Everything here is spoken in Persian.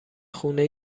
خونه